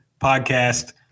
podcast